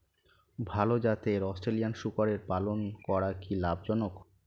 ভাল জাতের অস্ট্রেলিয়ান শূকরের পালন করা কী লাভ জনক?